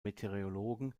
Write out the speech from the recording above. meteorologen